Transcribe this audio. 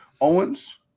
Owens